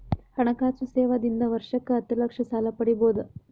ಹಣಕಾಸು ಸೇವಾ ದಿಂದ ವರ್ಷಕ್ಕ ಹತ್ತ ಲಕ್ಷ ಸಾಲ ಪಡಿಬೋದ?